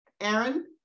Aaron